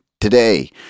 today